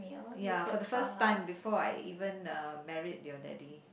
ya for the first time before I even uh married your daddy